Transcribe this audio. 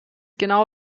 genau